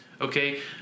okay